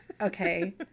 Okay